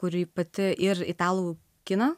kuri pati ir italų kiną